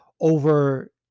over